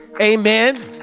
amen